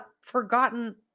forgotten